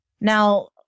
Now